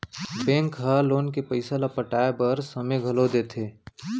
bank ह loan के पइसा ल पटाए बर समे घलो देथे